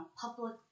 public